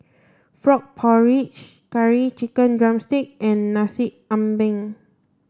frog porridge curry chicken drumstick and Nasi Ambeng